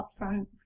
upfront